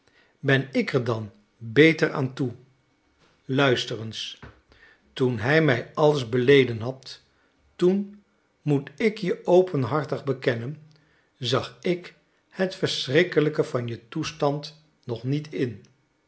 ben ik er dan beter aan toe luister eens toen hij mij alles beleden had toen moet ik je openhartig bekennen zag ik het verschrikkelijke van je toestand nog niet in